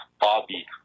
Bobby